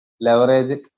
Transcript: leverage